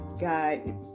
God